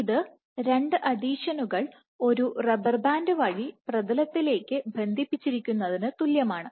ഇത് രണ്ട് അഡീഷനുകൾ ഒരു റബ്ബർ ബാൻഡ് വഴിപ്രതലത്തിലേക്ക് ബന്ധിപ്പിച്ചിരിക്കുന്നതിന്തുല്യമാണ്